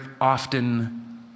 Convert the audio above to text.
often